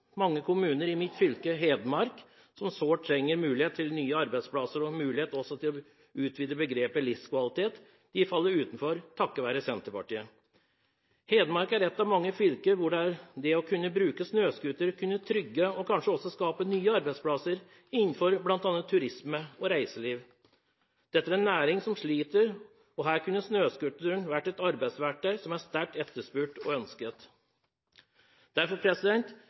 mange kommuner i mitt fylke, Hedmark – som sårt trenger muligheter til nye arbeidsplasser og mulighet til å utvide begrepet «livskvalitet» – faller utenfor, takket være Senterpartiet. Hedmark er ett av mange fylker hvor det å kunne bruke snøscooter kunne trygget og kanskje også skapt nye arbeidsplasser innenfor bl.a. turisme og reiseliv. Dette er en næring som sliter, og her kunne snøcooteren vært et arbeidsverktøy som er sterkt etterspurt og ønsket. Derfor